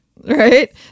right